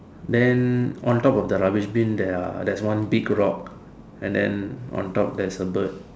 then on top of the rubbish bin there are there's one big rock then on top there's a bird